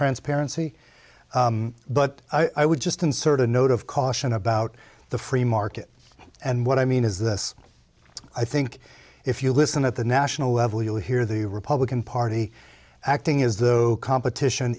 transparency but i would just insert a note of caution about the free market and what i mean is this i think if you listen at the national level you'll hear the republican party acting is the competition